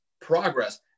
progress